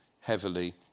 heavily